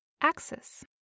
axis